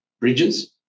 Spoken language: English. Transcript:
bridges